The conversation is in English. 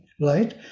right